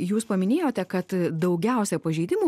jūs paminėjote kad daugiausia pažeidimų